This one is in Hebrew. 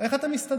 איך אתה מסתדר?